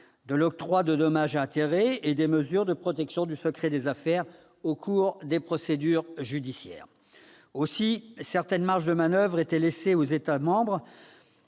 de l'octroi de dommages et intérêts et des mesures de protection du secret des affaires au cours des procédures judiciaires. Certaines marges de manoeuvre étaient laissées aux États membres,